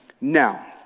Now